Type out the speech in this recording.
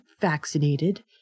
vaccinated